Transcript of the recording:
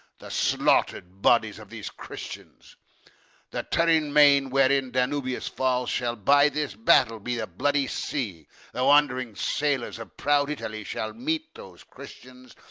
the slaughter'd bodies of these christians the terrene main, wherein danubius falls, shall by this battle be the bloody sea the wandering sailors of proud italy shall meet those christians,